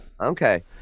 Okay